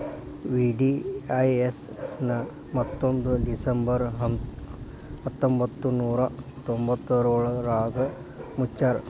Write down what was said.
VDIS ನ ಮುವತ್ತೊಂದ್ December ಹತ್ತೊಂಬತ್ ನೂರಾ ತೊಂಬತ್ತಯೋಳ್ರಾಗ ಮುಚ್ಚ್ಯಾರ